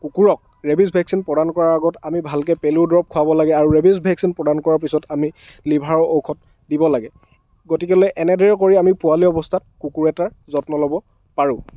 কুকুৰক rabies vaccine প্ৰদান কৰাৰ আগত আমি ভালকে পেলুৰ দৰৱ খুৱাব লাগে আৰু ৰেবিচ ভেকচিন প্ৰদান কৰাৰ পিছত আমি লিভাৰৰ ঔষধ দিব লাগে গতিক'লে এনেদৰে কৰি আমি পোৱালি অৱস্থাত কুকুৰ এটাৰ যত্ন ল'ব পাৰো